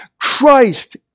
Christ